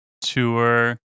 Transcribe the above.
tour